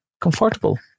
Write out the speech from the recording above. comfortable